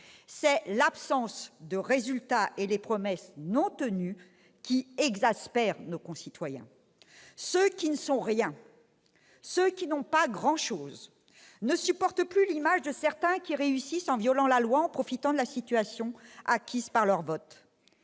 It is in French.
Ce sont l'absence de résultats et les promesses non tenues qui exaspèrent nos concitoyens. Ceux qui « ne sont rien », ceux qui n'ont pas grand-chose, ne supportent plus l'image de certains qui réussissent en violant la loi, en profitant de la situation acquise à travers leur vote.